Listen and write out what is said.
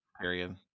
Period